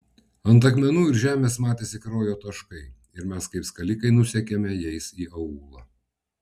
ant akmenų ir žemės matėsi kraujo taškai ir mes kaip skalikai nusekėme jais į aūlą